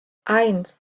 eins